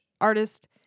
artist